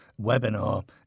webinar